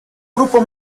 grupo